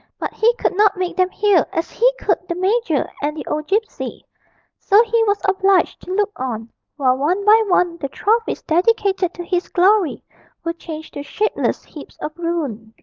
but he could not make them hear as he could the major and the old gipsy so he was obliged to look on while one by one the trophies dedicated to his glory were changed to shapeless heaps of ruin.